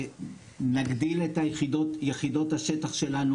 נגדיל את יחידות שטח שלנו.